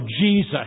Jesus